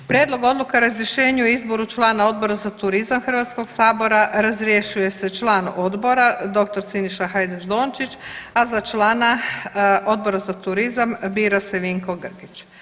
Prijedlog Odluke o razrješenju i izboru člana Odbora za turizam Hrvatskog sabora, razrješuje se član Odbora dr. Siniša Hajdaš Dončić, a za člana Odbora za turizam bira se Vinko Grgić.